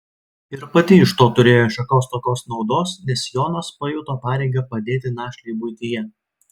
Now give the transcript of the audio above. ir pati iš to turėjo šiokios tokios naudos nes jonas pajuto pareigą padėti našlei buityje